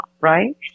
Right